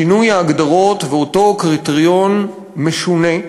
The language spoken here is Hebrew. שינוי ההגדרות, ואותו קריטריון משונה,